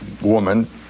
woman